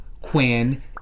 Quinn